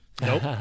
Nope